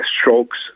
strokes